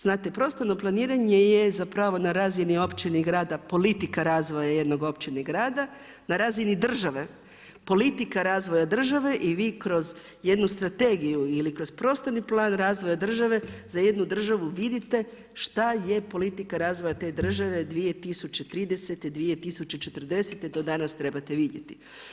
Znate, prostorno planiranje je zapravo na razini općine i grada, politika razvoja jedne općine i grada, na razini države, politika razvoja države i vi kroz jednu strategiju ili kroz prostorni plan razvoja države za jednu državu vidite šta je politika razvoja te države 2030., 2040. to danas trebate vidjeti.